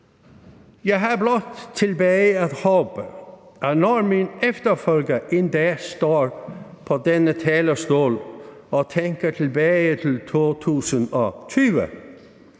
Jeg har blot tilbage at håbe, at når min efterfølger en dag står på denne talerstol og tænker tilbage til 2020,